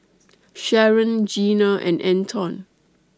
Sharyn Gina and Anton